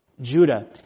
Judah